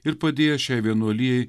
ir padėjęs šiai vienuolijai